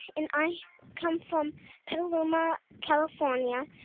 and i come from petaluma, calif. um yeah